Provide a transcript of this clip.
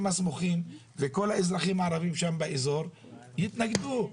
הסמוכים וכל האזרחים הערבים באזור יתנגדו לו.